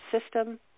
system